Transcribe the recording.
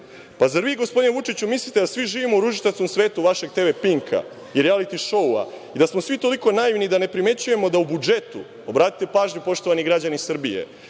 zar vi, gospodine Vučiću, mislite da svi živimo u ružičastom svetu vašeg tv Pinka, rijaliti šoua, i da smo svi toliko naivni da ne primećujemo da u budžetu, obratite pažnju poštovani građani Srbije,